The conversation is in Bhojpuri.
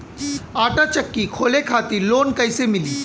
आटा चक्की खोले खातिर लोन कैसे मिली?